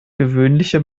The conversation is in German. gewöhnliche